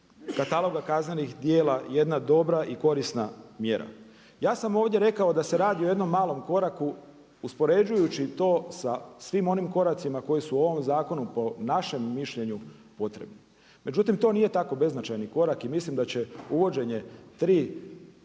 kataloga kaznenih djela jedna dobra i korisna mjera. Ja sam ovdje rekao da se radi o jednom malom koraku uspoređujući to sa svim onim koracima koji su u ovom zakonu po našem mišljenju potrebni. Međutim to nije tako beznačajni korak i mislim da će uvođenje tri